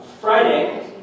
Friday